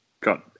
got